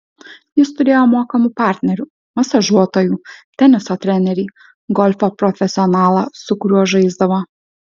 jis turėjo mokamų partnerių masažuotojų teniso trenerį golfo profesionalą su kuriuo žaisdavo